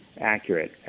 accurate